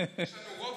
יש לנו אפילו רוב.